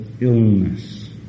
illness